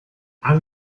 han